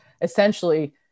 essentially